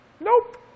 Nope